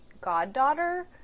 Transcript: goddaughter